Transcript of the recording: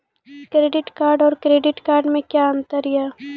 Debit card और credit card मे कि अंतर या?